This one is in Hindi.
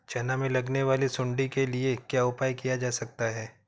चना में लगने वाली सुंडी के लिए क्या उपाय किया जा सकता है?